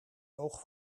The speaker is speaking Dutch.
oog